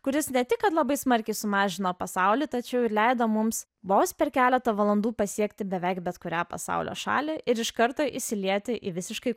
kuris ne tik kad labai smarkiai sumažino pasaulį tačiau ir leido mums vos per keletą valandų pasiekti beveik bet kurią pasaulio šalį ir iš karto įsilieti į visiškai